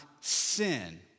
sin